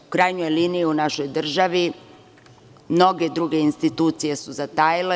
U krajnjoj liniji, u našoj državi mnoge druge institucije su zatajile.